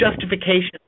justification